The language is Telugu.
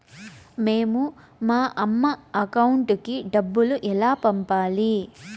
మేము మా అమ్మ అకౌంట్ కి డబ్బులు ఎలా పంపాలి